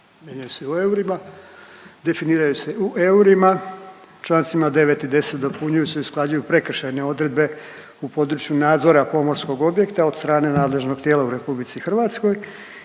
mijenjaju se u eurima, definiraju se u eurima. Čl. 9 i 10 dopunjuju se i usklađuju prekršajne odredbe u području nadzora pomorskog objekta od strane nadležnog tijela u RH i dodatno